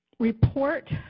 Report